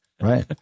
right